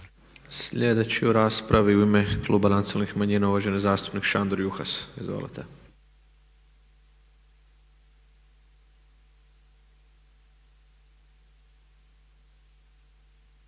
Sljedeći u raspravi u ime kluba nacionalnih manjina uvaženi zastupnik Šandor Juhas. Izvolite.